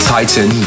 Titan